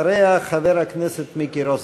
אחריה, חבר הכנסת מיקי רוזנטל.